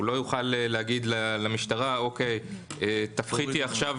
הוא לא יוכל להגיד למשטרה: תפחיתי עכשיו